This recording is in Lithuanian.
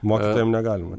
mokytojam negalima